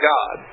God